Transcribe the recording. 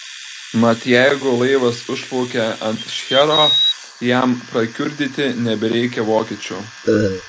mat jeigu laivas užplaukia ant šchero jam prakiurdyti nebereikia vokiečių